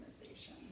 organization